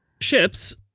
ships